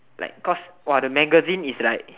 like cause !wow! the magazine is like